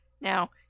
Now